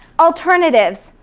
alternatives,